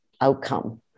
outcome